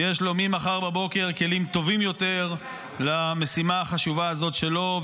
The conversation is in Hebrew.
שיש לו ממחר בבוקר כלים טובים יותר למשימה החשובה הזאת שלו.